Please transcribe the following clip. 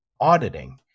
auditing